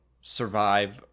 survive